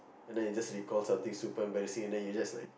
and then you just recall something super embarrassing and then you're just like